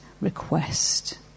request